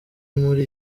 muri